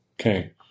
Okay